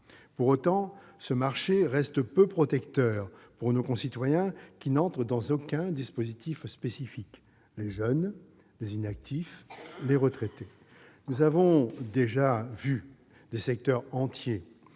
Pour autant, ce marché reste peu protecteur pour nos concitoyens qui n'entrent dans aucun dispositif spécifique : les jeunes, les inactifs, les retraités. Nous avons déjà vu des secteurs entiers,